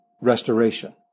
restoration